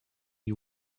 you